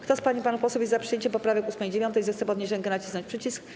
Kto z pań i panów posłów jest za przyjęciem poprawek 8. i 9., zechce podnieść rękę i nacisnąć przycisk.